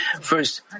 First